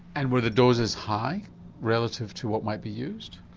and were the doses high relative to what might be used?